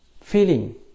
feeling